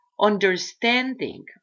understanding